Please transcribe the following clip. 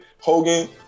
Hogan